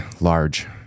large